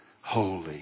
holy